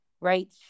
right